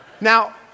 Now